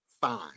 fine